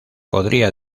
podría